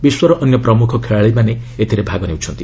ବିଶ୍ୱର ଅନ୍ୟ ପ୍ରମୁଖ ଖେଳାଳିମାନେ ମଧ୍ୟ ଏଥିରେ ଭାଗ ନେଉଛନ୍ତି